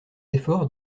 efforts